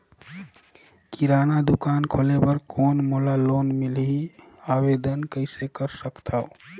किराना दुकान खोले बर कौन मोला लोन मिलही? आवेदन कइसे कर सकथव?